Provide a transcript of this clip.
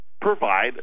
provide